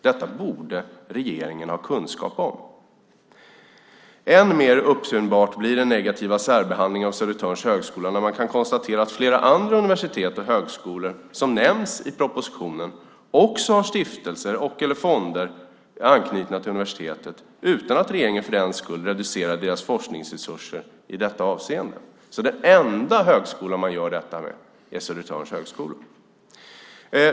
Detta borde regeringen ha kunskap om. Ännu mer uppenbar blir den negativa särbehandlingen av Södertörns högskola när man kan konstatera att flera andra universitet och högskolor som nämns i propositionen också har stiftelser eller fonder knutna till sig utan att regeringen för den skull reducerar deras forskningsresurser i detta avseende. Den enda högskola man gör så med är alltså Södertörns högskola.